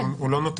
לא, הוא לא נותן.